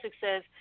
says